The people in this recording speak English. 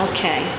Okay